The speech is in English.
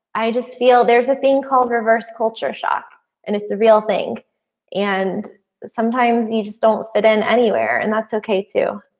i just feel there's a thing called reverse culture shock and it's the real thing and sometimes you just don't fit in anywhere and that's okay, too.